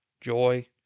joy